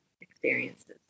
experiences